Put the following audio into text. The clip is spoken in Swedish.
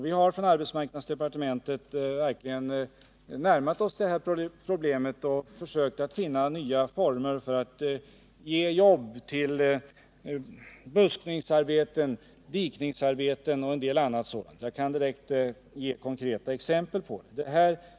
Vi har från arbetsmarknadsdepartementet närmat oss det här problemet och försökt att finna nya former för att ge jobb med buskningsarbeten, dikningsarbeten och en del annat sådant; jag kan ge konkreta exempel på det.